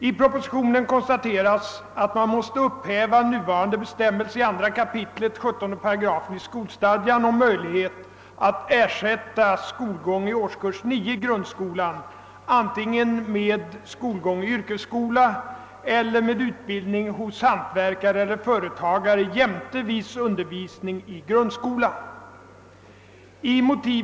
I propositionen konstateras att man måste upphäva nuvarande bestämmelse i 2 kap. 17 § skolstadgan om möjlighet att ersätta skolgång i årskurs 9 i grundskolan antingen med skolgång i yrkesskola eller med utbildning hos hantverkare eller företagare jämte viss undervisning i grundskolan.